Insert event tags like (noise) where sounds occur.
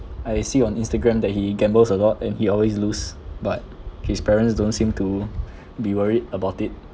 I see on Instagram that he gambles a lot and he always lose but his parents don't seem to (breath) be worried about it